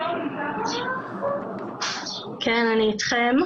אני אתכם.